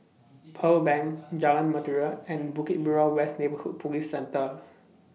Pearl Bank Jalan Mutiara and Bukit Merah West Neighbourhood Police Centre